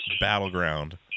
battleground